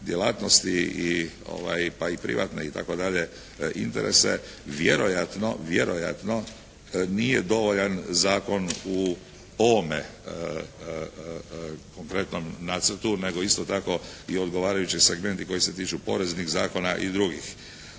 djelatnosti pa i privatne itd. interese, vjerojatno nije dovoljan zakon u ovome konkretnom nacrtu nego isto tako i odgovarajući segmenti koji se tiču poreznih zakona i drugih.